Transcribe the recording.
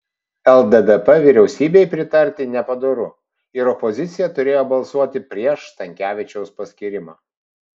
lddp vyriausybei pritarti nepadoru ir opozicija turėjo balsuoti prieš stankevičiaus paskyrimą